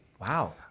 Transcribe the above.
Wow